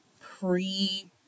pre